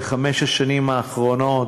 בחמש השנים האחרונות.